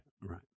Right